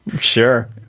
sure